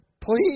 Please